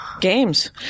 games